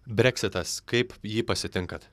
breksitas kaip jį pasitinkat